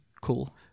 cool